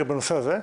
רגע, בנושא הזה?